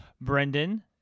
Brendan